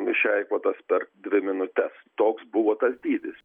išeikvotas per dvi minutes toks buvo tas dydis